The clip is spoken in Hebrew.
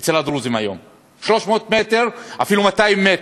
אצל הדרוזים כיום, 300 מטר, אפילו 200 מטר,